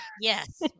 yes